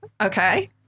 okay